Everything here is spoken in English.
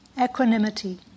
equanimity